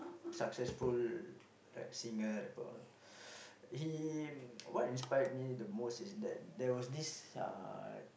successful singer he what inspire me the most is that there was this uh